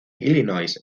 illinois